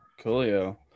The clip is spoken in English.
coolio